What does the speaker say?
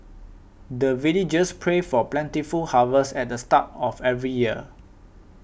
the villagers pray for plentiful harvest at the start of every year